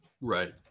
Right